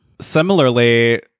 Similarly